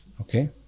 Okay